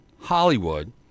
Hollywood